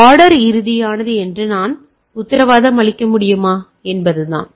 order இறுதியானது என்று என்னால் உத்தரவாதம் அளிக்க முடியுமா என்பதுதான்